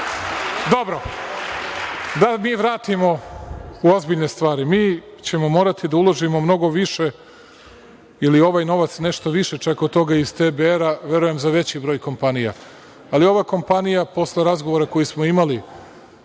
da mi vratimo u ozbiljne stvari. Mi ćemo morati da uložimo mnogo više ili ovaj novac nešto više čak od toga iz TDR-a verujem za veći broj kompanija. Ali, ova kompanija, posle razgovora koji smo imali